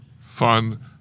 fun